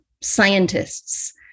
scientists